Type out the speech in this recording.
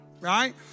right